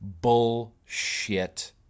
bullshit